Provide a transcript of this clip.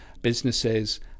businesses